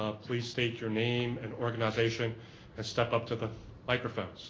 ah please state your name and organization and step up to the microphone. so